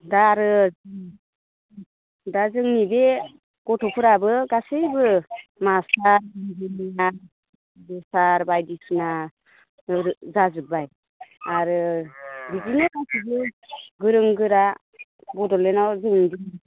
दा आरो दा जोंनि बे गथ'फ्राबो गासैबो मास्टार इन्जिनियार प्रफेसार बायदिसिना गोरों जाजोब्बाय आरो बिदिनो गासिबो गोरों गोरा बड'लेण्डआव जों